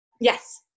Yes